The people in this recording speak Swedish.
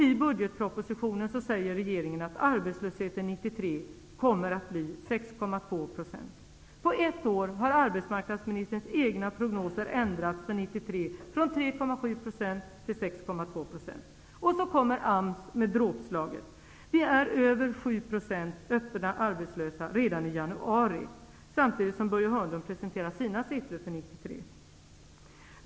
I budgetpropositionen säger regeringen att arbetslösheten 1993 kommer att bli 6,2 %. På ett år har arbetsmarknadsministerns egna prognoser för 1993 ändrats från 3,7 % till 6,2 %. Och så kommer AMS med dråpslaget -- samtidigt som Börje Hörnlund presenterade sina siffror för 1993 -- att den öppna arbetslösheten är över 7 % redan i januari.